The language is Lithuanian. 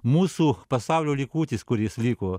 mūsų pasaulio likutis kuris liko